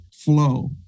flow